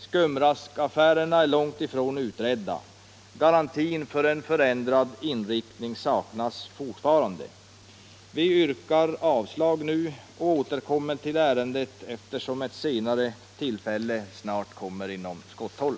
Skumraskaffärerna är långt ifrån utredda. Garanti för en förändrad inriktning saknas fortfarande: Vi yrkar nu avslag och återkommer till ärendet, eftersom det snart igen kommer inom skotthåll.